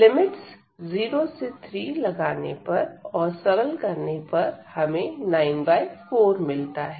limits 0 से 3लगाने पर और सरल करने पर हमें 94मिलता है